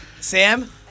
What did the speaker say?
Sam